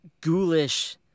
ghoulish